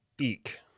Eek